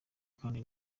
kandi